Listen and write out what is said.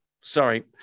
Sorry